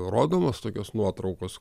rodomos tokios nuotraukos